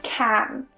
can,